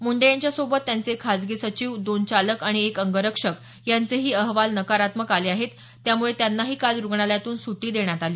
मुंडे यांच्यासोबत त्यांचे खाजगी सचिव दोन चालक आणि एक अंगरक्षक यांचेही अहवाल नकारात्मक आले आहेत त्यामुळे त्यांनाही काल रुग्णालयातून सुटी देण्यात आली